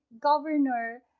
governor